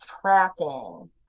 tracking